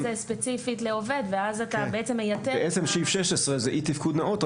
ספציפית לעובד ואז אתה בעצם מייתר --- בעצם סעיף 16 זה אי תפקוד נאות,